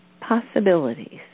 possibilities